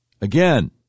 Again